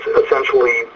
essentially